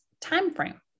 timeframe